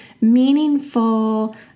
meaningful